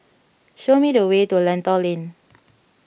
show me the way to Lentor Lane